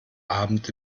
abend